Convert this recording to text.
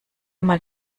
mal